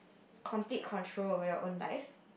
complete control over your own life